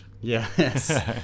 Yes